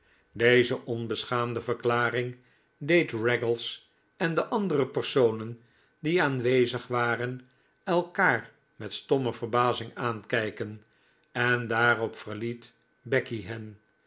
deze onbeschaamde verklaring deed raggles en de and ere personen die aanwezig waren elkaar met stomme verbazing aankijken en daarop verliet becky hen